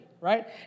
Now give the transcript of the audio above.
right